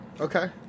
Okay